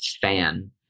fan